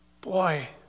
Boy